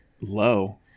Low